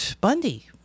bundy